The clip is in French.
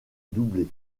doublé